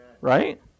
right